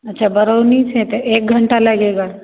अच्छा बरौनी से हैं तो एक घंटा लगेगा